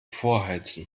vorheizen